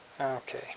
Okay